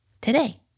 today